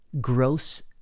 gross